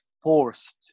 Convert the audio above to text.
Forced